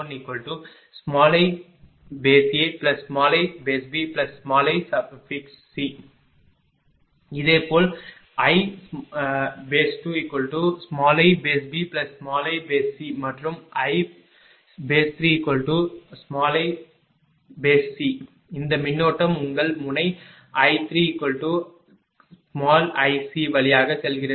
இதேபோல் I2iBiC மற்றும் I3iC இதே மின்னோட்டம் உங்கள் முனை I3iCவழியாக செல்கிறது